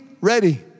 ready